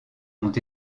ont